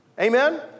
Amen